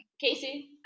Casey